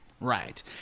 Right